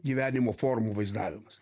gyvenimo formų vaizdavimas